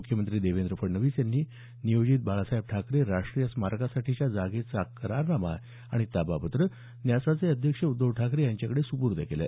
मुख्यमंत्री देवेंद्र फडणवीस यांनी नियोजित बाळासाहेब ठाकरे राष्ट्रीय स्मारकासाठीच्या जागेचं करारनामा आणि ताबापत्र स्मारकाच्या न्यासाचे अध्यक्ष उद्धव ठाकरे यांच्याकडे सुपूर्द केला